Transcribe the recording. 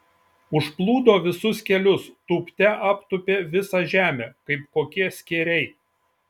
užplūdo visus kelius tūpte aptūpė visą žemę kaip kokie skėriai